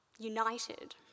united